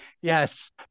Yes